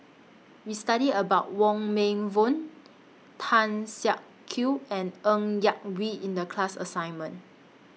We studied about Wong Meng Voon Tan Siak Kew and Ng Yak Whee in The class assignment